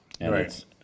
Right